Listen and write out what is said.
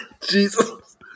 Jesus